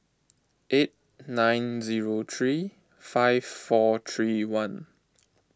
eight nine zero three five four three one